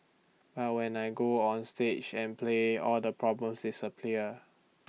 but when I go onstage and play all the problems disappear